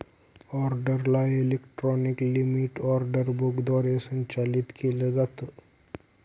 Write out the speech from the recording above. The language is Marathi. ऑर्डरला इलेक्ट्रॉनिक लिमीट ऑर्डर बुक द्वारे संचालित केलं जातं